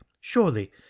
surely